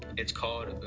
it's call